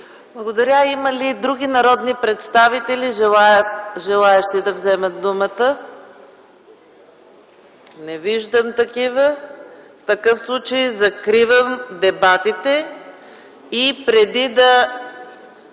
Благодаря. Има ли други народни представители, които желаят да вземат думата? Не виждам такива. В такъв случай закривам дебатите.